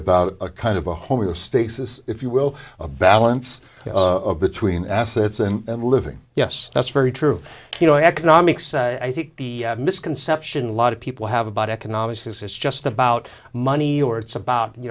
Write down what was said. about a kind of a homeostasis if you will a balance between assets and living yes that's very true of you know economics i think the misconception a lot of people have about economics this is just about money or it's about you